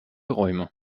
räume